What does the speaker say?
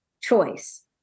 choice